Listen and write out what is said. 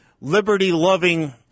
liberty-loving